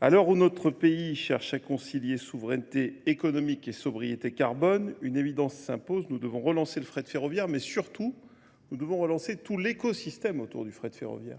À l'heure où notre pays cherche à concilier souveraineté économique et sobriété carbone, une évidence s'impose. Nous devons relancer le frais de ferroviaire, mais surtout, nous devons relancer tout l'écosystème autour du frais de ferroviaire.